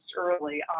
early